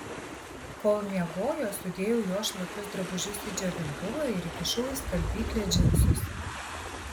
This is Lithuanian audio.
kol miegojo sudėjau jos šlapius drabužius į džiovintuvą ir įkišau į skalbyklę džinsus